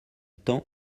temps